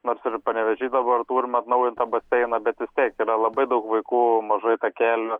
nors ir panevėžy dabar turim atnaujintą baseiną bet vis tiek yra labai daug vaikų mažai takelių